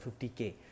50k